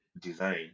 design